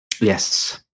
Yes